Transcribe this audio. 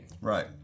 Right